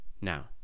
now